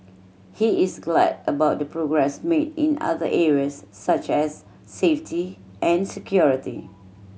he is glad about the progress made in other areas such as safety and security